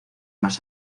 más